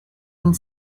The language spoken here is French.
une